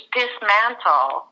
dismantle